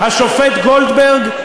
השופט גולדברג,